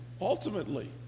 ultimately